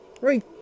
Right